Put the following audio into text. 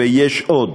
ויש עוד: